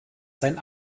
sein